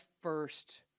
first